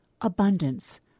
abundance